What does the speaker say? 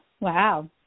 Wow